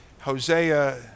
Hosea